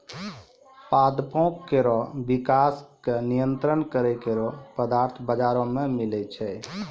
पादपों केरो विकास क नियंत्रित करै केरो पदार्थ बाजारो म मिलै छै